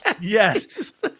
Yes